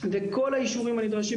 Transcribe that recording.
וכל האישורים הנדרשים,